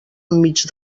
enmig